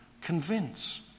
Convince